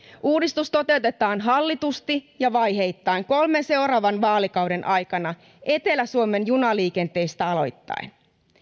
uudistus toteutetaan hallitusti ja vaiheittain kolmen seuraavan vaalikauden aikana etelä suomen junaliikenteestä aloittaen